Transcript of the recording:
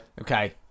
Okay